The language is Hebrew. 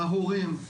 המורים,